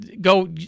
go